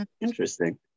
Interesting